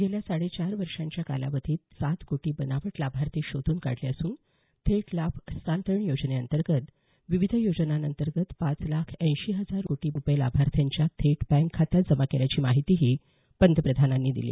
गेल्या साडे चार वर्षांच्या कालावधीत सात कोटी बनावट लाभार्थी शोधून काढले असून थेट लाभ हस्तांतरण योजनेअंतर्गत विविध योजनांतर्गत पाच लाख ऐंशी हजार कोटी रुपये लाभार्थ्यांच्या थेट बँक खात्यात जमा केल्याची माहितीही पंतप्रधानांनी दिली